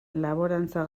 laborantza